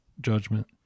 judgment